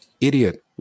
idiot